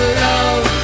love